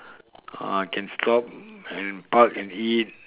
ah can stop and park and eat